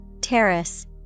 terrace